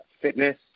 fitness